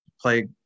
play